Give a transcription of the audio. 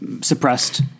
suppressed